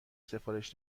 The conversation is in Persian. سفارش